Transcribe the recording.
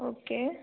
okay